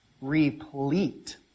replete